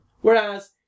Whereas